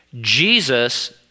Jesus